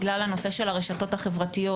בגלל הנושא של הרשתות החברתיות,